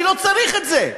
אני לא צריך את זה,